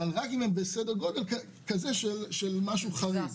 אבל רק אם זה מגיע לכדי סדר גודל של משהו חריג.